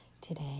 Today